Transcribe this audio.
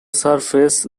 surface